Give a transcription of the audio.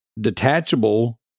detachable